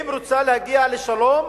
האם היא רוצה להגיע לשלום,